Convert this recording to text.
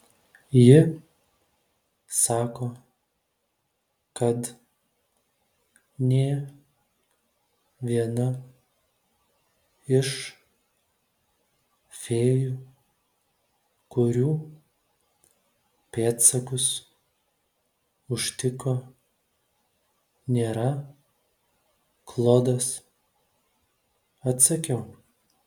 ji sako kad nė viena iš fėjų kurių pėdsakus užtiko nėra klodas atsakiau